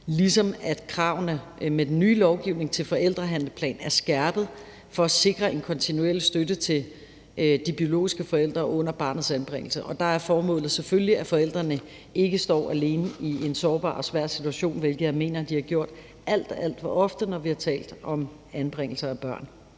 ligesom at kravene med den nye lovgivning til forældrehandleplan er skærpet for at sikre en kontinuerlig støtte til de biologiske forældre under barnets anbringelse. Der er formålet selvfølgelig, at forældrene ikke står alene i en sårbar og svær situation, hvilket jeg mener de har gjort alt, alt for ofte, når vi har talt om anbringelse af børn.